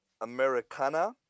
Americana